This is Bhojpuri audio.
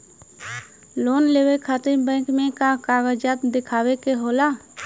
लोन लेवे खातिर बैंक मे का कागजात दिखावे के होला?